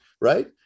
right